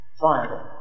triangle